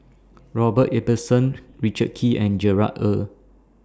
Robert Ibbetson Richard Kee and Gerard Ee